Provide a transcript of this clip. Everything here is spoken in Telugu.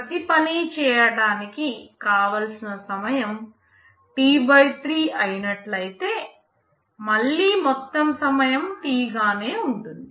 ప్రతి పని చేయడానికి కావలసిన సమయం T3 అయినట్లయితే మళ్లీ మొత్తం సమయం T గానే ఉంటుంది